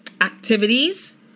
activities